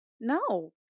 No